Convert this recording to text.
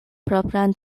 propran